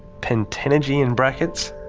pentenergy in brackets.